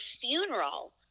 funeral